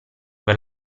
per